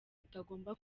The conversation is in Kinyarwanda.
utagomba